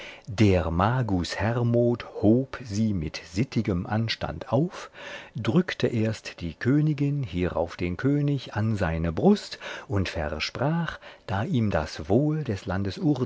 der magus hermod hob sie mit sittigem anstand auf drückte erst die königin hierauf den könig an seine brust und versprach da ihm das wohl des